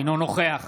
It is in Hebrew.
אינו נוכח